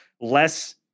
less